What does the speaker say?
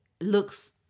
looks